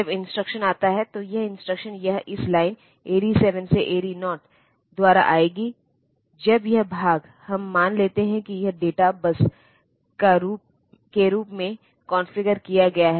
तो यह इंस्ट्रक्शन यह इस लाइन AD7 से AD0 द्वारा आएगी जब यह भाग हम मान लेते हैं कि यह डेटा बस के रूप में कॉन्फ़िगर किया गया है